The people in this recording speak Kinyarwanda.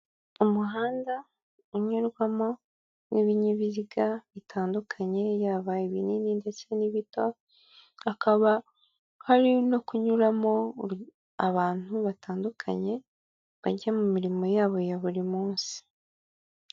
Umuhanda unyurwamo n'ibinyabiziga bitandukanye, yaba ibinini ndetse n'ibito, hakaba hari no kunyuramo abantu batandukanye, bajya mu mirimo yabo ya buri munsi.